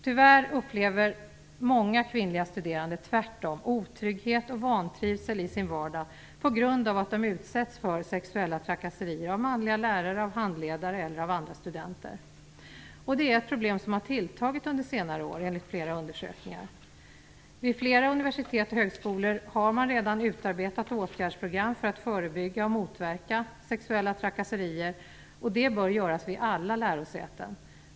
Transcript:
Tyvärr upplever många kvinnliga studerande tvärtom otrygghet och vantrivsel i sin vardag på grund av att de utsätts för sexuella trakasserier av manliga lärare, handledare eller andra studenter. Det är ett problem som har tilltagit under senare år, enligt flera undersökningar. Vid flera universitet och högskolor har man redan utarbetat åtgärdsprogram för att förebygga och motverka sexuella trakasserier. Det bör göras vid alla lärosäten.